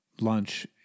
lunch